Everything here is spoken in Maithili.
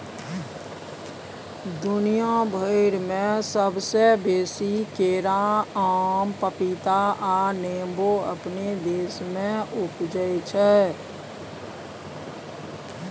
दुनिया भइर में सबसे बेसी केरा, आम, पपीता आ नेमो अपने देश में उपजै छै